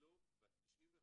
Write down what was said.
ב-91 מקרים,